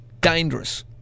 Dangerous